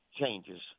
changes